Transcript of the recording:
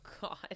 God